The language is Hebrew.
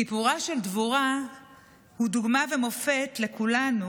סיפורה של דבורה הוא דוגמה ומופת לכולנו